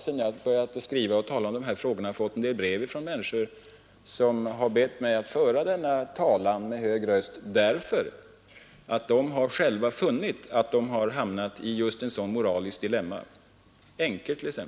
Sedan jag började skriva och tala om dessa frågor har jag fått en del brev från människor som har bett mig att föra denna talan med hög röst, därför att de själva har funnit att de har hamnat i just ett sådant moraliskt dilemma — änkor t.ex.,